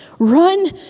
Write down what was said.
run